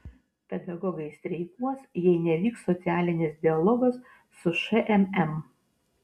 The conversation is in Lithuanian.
pedagogai streikuos jei nevyks socialinis dialogas su šmm